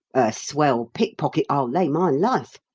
a swell pickpocket, i'll lay my life,